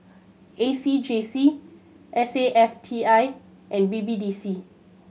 A C J C S A F T I and B B D C